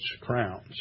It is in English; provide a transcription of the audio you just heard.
crowns